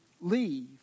leave